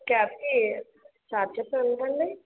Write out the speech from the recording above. క్యాబ్కి charges ఎంతండి